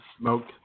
smoke